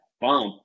bump